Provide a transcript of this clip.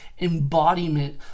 embodiment